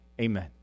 Amen